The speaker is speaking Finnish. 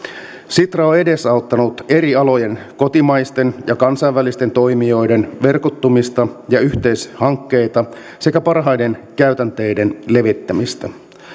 sitra on edesauttanut eri alojen kotimaisten ja kansainvälisten toimijoiden verkottumista ja yhteishankkeita sekä parhaiden käytänteiden levittämistä